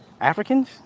africans